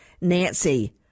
Nancy